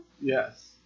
Yes